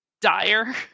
dire